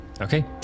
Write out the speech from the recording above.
Okay